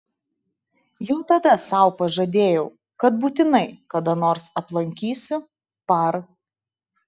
jau tada sau pažadėjau kad būtinai kada nors aplankysiu par